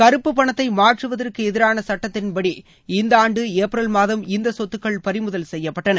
கருப்பு பணத்தை மாற்றுவதற்கு எதிரான சுட்டத்தின்படி இந்த ஆண்டு ஏப்ரல் மாதம் இந்த சொத்துக்கள் பறிமுதல் செய்யப்பட்டன